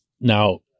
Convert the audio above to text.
Now